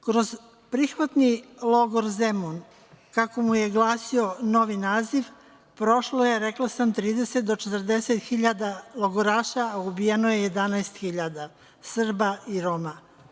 Kroz „Prihvatni logor Zemun“ kako mu je glasio novi naziv, prošlo je, rekla sam trideset do četrdeset hiljada logoraša, a ubijeno je 11.000 Srba i Roma.